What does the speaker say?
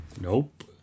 Nope